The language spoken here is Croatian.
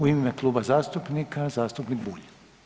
U ime kluba zastupnika zastupnik Bulj.